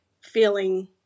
feeling